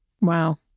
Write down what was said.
wow